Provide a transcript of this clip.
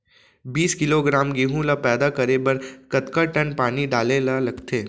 बीस किलोग्राम गेहूँ ल पैदा करे बर कतका टन पानी डाले ल लगथे?